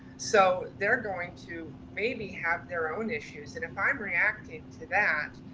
so they're going to maybe have their own issues. and if i'm reacting to that,